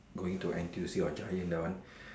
going to N_T_U_C or giant that one